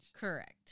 Correct